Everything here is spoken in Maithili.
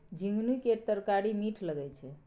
झिगुनी केर तरकारी मीठ लगई छै